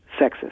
sexist